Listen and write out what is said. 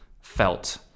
felt